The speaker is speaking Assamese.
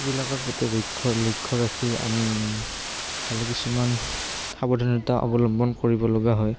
সেইবিলাকৰ প্ৰতি লক্ষ্য লক্ষ্য ৰাখি আমি ভালে কিছুমান সাৱধানতা অৱলম্বন কৰিবলগা হয়